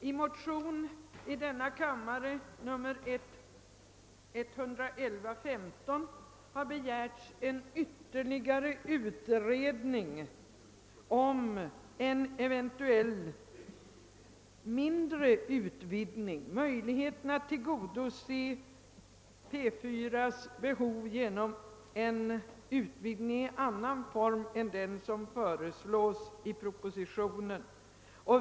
I motion II: 1115 har begärts en ytterligare utredning angående en eventuell begränsning av utvidgningen och möjligheterna att tillgodose P 4:s behov genom en utvidgning i annan form än den som föreslås i propositionen.